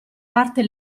parte